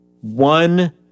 one